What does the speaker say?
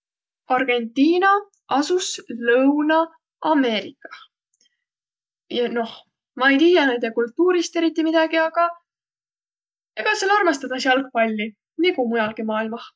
Argentiina asus Lõuna-Ameerikah ja noh, ma ei tiiäq näide kultuurist eriti midägi, aga ega sääl armastõdas jalgpalli nigu muialgi maailmah.